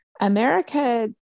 America